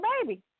baby